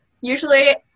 usually